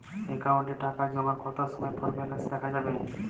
অ্যাকাউন্টে টাকা জমার কতো সময় পর ব্যালেন্স দেখা যাবে?